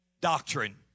doctrine